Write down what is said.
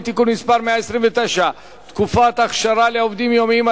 (תיקון מס' 129) (תקופת אכשרה לעובדים יומיים),